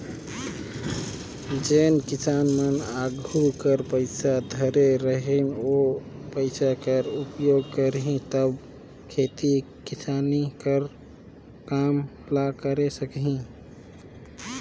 जेन किसान मन आघु कर पइसा धरे रही ओ पइसा कर उपयोग करही तब खेती किसानी कर काम ल करे सकही